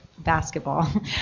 basketball